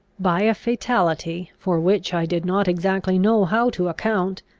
by a fatality, for which i did not exactly know how to account,